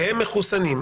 והם מחוסנים,